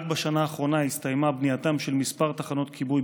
רק בשנה האחרונה הסתיימה בנייתן של כמה תחנות כיבוי,